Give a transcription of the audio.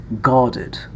guarded